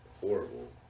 horrible